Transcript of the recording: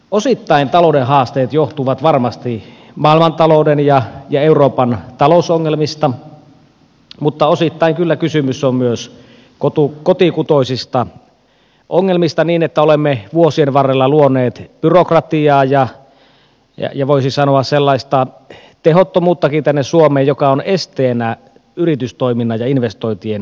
osittain talouden haasteet johtuvat varmasti maailmantalouden ja euroopan talousongelmista mutta osittain kyllä kysymys on myös kotikutoisista ongelmista niin että olemme vuosien varrella luoneet byrokratiaa ja voisi sanoa sellaista tehottomuuttakin tänne suomeen joka on esteenä yritystoiminnan ja investointien syntymiselle